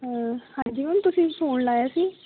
ਹਾਂਜੀ ਮੈਮ ਤੁਸੀਂ ਫ਼ੋਨ ਲਾਇਆ ਸੀ